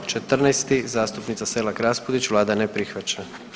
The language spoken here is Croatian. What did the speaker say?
14., zastupnica Selak Raspudić, Vlada ne prihvaća.